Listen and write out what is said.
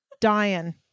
dying